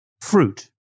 fruit